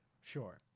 sure